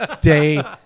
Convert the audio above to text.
day